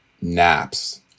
naps